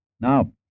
Now